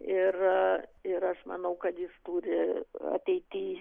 ir ir aš manau kad jis turi ateity